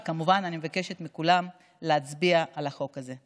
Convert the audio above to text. וכמובן, אני מבקשת מכולם להצביע על החוק הזה.